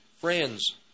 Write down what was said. friends